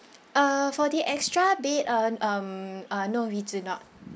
uh for the extra bed uh um uh no we do not